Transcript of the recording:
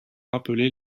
rappelé